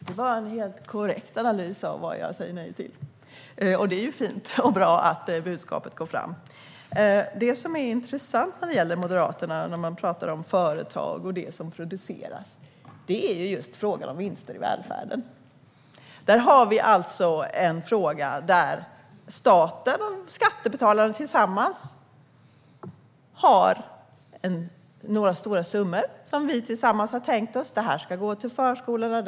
Herr talman! Det var en helt korrekt analys av vad jag säger nej till. Det är fint och bra att budskapet går fram. Det som är intressant när det gäller Moderaterna när man talar om företag och det som produceras är just frågan om vinster i välfärden. Där har vi en fråga där staten och skattebetalarna tillsammans har några stora summor där vi tillsammans har tänkt oss: Det här ska gå till förskolorna.